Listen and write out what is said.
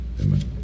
amen